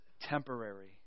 temporary